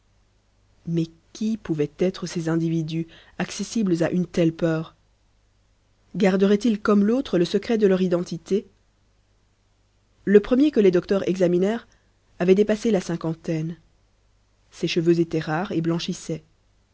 mais qui pouvaient être ces individus accessibles à une telle peur garderaient ils comme l'autre le secret de leur identité le premier que les docteurs examinèrent avait dépassé la cinquantaine ses cheveux étaient rares et blanchissaient